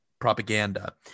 propaganda